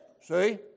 see